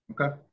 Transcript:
Okay